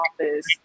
office